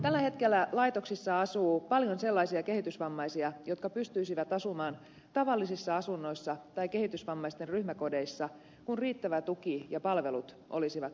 tällä hetkellä laitoksissa asuu paljon sellaisia kehitysvammaisia jotka pystyisivät asumaan tavallisissa asunnoissa tai kehitysvammaisten ryhmäkodeissa kun riittävät tukipalvelut olisivat saatavilla